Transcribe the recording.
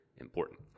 important